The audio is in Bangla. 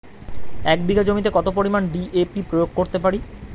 এক বিঘা জমিতে কত পরিমান ডি.এ.পি প্রয়োগ করতে পারি?